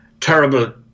terrible